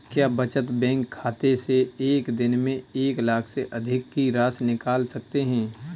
क्या बचत बैंक खाते से एक दिन में एक लाख से अधिक की राशि निकाल सकते हैं?